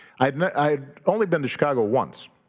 i'd and i'd only been to chicago once